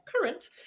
current